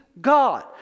God